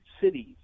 cities